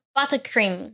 Buttercream